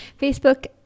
facebook